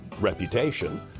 reputation